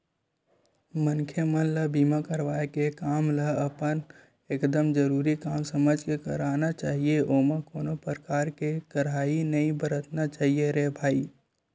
मनखे मन ल बीमा करवाय के काम ल अपन एकदमे जरुरी काम समझ के करना चाही ओमा कोनो परकार के काइही नइ बरतना चाही रे भई